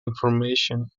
information